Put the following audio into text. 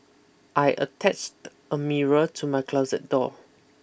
I attached a mirror to my closet door